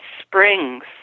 springs